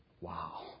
Wow